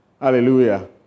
Hallelujah